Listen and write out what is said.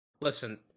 listen